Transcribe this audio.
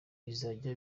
bizajya